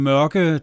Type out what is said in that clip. Mørke